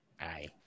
Aye